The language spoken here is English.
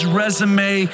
resume